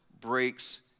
breaks